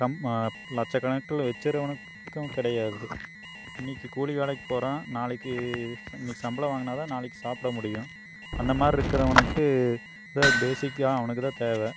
come லட்சக்கணக்கில் வச்சுறவனுக்கும் கிடயாது இன்னிக்கு கூலி வேலைக்குப் போகிறான் நாளைக்கு இன்னிக்கு சம்பளம் வாங்கினாதான் நாளைக்கு சாப்பிட முடியும் அந்த மாதிரி இருக்கிறவனுக்கு இந்த பேசிக்காக அவனுக்கு தான் தேவை